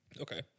Okay